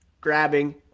grabbing